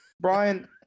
Brian